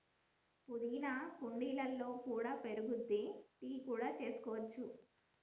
పుదీనా కుండీలలో కూడా పెరుగుద్ది, టీ కూడా చేసుకోవచ్చు